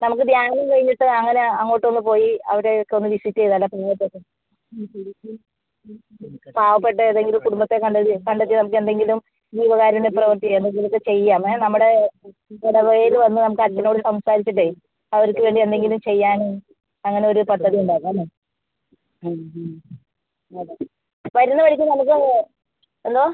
നമുക്ക് ധ്യാനം കഴിഞ്ഞിട്ട് അങ്ങനെ അങ്ങോട്ടൊന്ന് പോയി അവിടെയൊക്കെ ഒന്ന് വിസിറ്റ് ചെയ്താലോ പാവപ്പെട്ട ഏതെങ്കിലും കുടുംബത്തെ കണ്ടെത്തി കണ്ടെത്തി നമുക്ക് എന്തെങ്കിലും ജീവ കാരുണ്യ പ്രവൃത്തി എന്തെങ്കിലുമൊക്കെ ചെയ്യാം ഏ നമ്മുടെ ഇടവകയിൽ വന്ന് നമുക്ക് അച്ചനോട് സംസാരിച്ചിട്ടേ അവർക്ക് വേണ്ടി എന്തെങ്കിലും ചെയ്യാൻ അങ്ങനെ ഒരു പദ്ധതി ഉണ്ടാക്കാം അല്ലേ വരുന്ന വഴിക്ക് നമുക്ക് എന്തോ